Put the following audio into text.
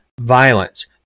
violence